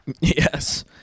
Yes